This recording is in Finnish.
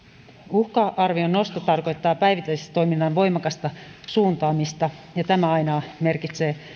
uhka arvion nosto tarkoittaa päivittäistoiminnan voimakasta suuntaamista ja tämä aina merkitsee